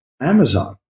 Amazon